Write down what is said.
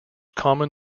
common